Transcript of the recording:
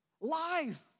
life